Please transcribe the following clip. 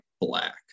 black